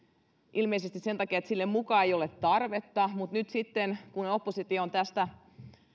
ilmeisesti sen takia että sille muka ei ole tarvetta mutta nyt sitten kun oppositio on tästä